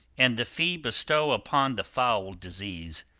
and the fee bestow upon the foul disease.